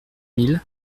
mille